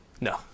No